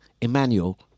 Emmanuel